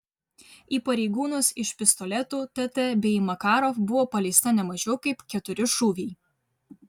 į pareigūnus iš pistoletų tt bei makarov buvo paleista ne mažiau kaip keturi šūviai